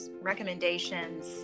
recommendations